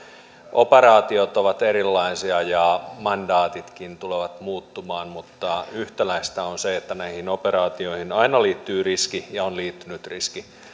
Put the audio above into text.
operaatiot ovat erilaisia ja mandaatitkin tulevat muuttumaan mutta yhtäläistä on se että näihin operaatioihin aina liittyy riski ja on liittynyt riski